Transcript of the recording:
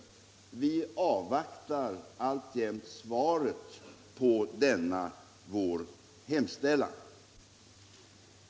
Vi avvaktar alltjämt svaret på denna vår hemställan.